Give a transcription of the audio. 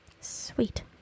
Sweet